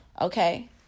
Okay